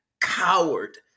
coward